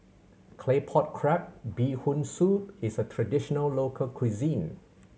Claypot Crab Bee Hoon Soup is a traditional local cuisine